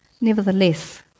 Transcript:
Nevertheless